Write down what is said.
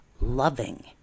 loving